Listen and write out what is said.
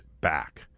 back